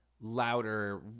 louder